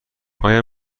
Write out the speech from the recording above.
آیا